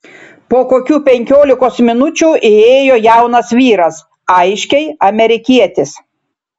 po kokių penkiolikos minučių įėjo jaunas vyras aiškiai amerikietis